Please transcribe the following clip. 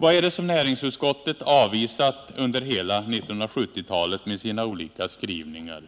Vad är det som näringsutskottet har avvisat under hela 1970 talet med sina olika skrivningar?